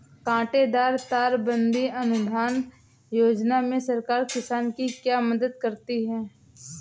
कांटेदार तार बंदी अनुदान योजना में सरकार किसान की क्या मदद करती है?